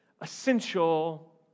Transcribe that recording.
essential